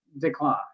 decline